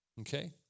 Okay